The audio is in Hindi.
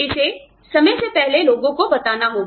इसे समय से पहले लोगों को बताना होगा